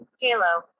Kalo